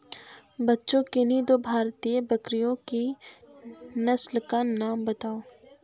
बच्चों किन्ही दो भारतीय बकरियों की नस्ल का नाम बताओ?